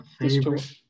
favorite